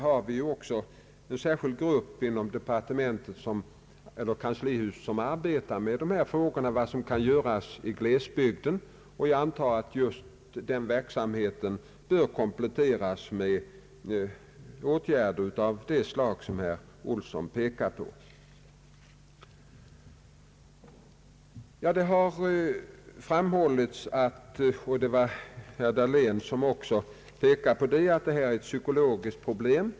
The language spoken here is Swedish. En särskild grupp i kanslihuset arbetar också med frågan vad som kan göras i glesbygden, och jag antar att den verksamheten bör kompletteras med åtgärder av det slag som herr Olsson pekade på. Herr Dahlén framhöll att detta är ett psykologiskt problem.